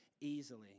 easily